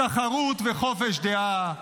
תחרות וחופש דעה,